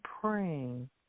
praying